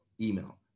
email